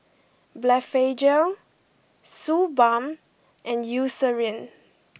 Blephagel Suu balm and Eucerin